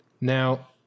Now